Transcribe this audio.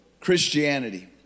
christianity